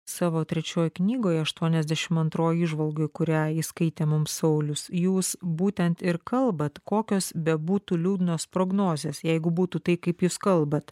savo trečioj knygoj aštuoniasdešim antroj įžvalgoj kurią jį skaitė mum saulius jūs būtent ir kalbat kokios bebūtų liūdnos prognozės jeigu būtų tai kaip jūs kalbat